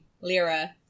Lyra